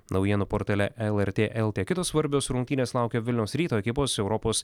naujienų portale lrt lt kitos svarbios rungtynės laukia vilniaus ryto ekipos europos